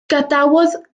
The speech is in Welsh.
gadawodd